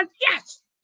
yes